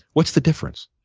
what's the difference?